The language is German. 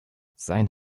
sein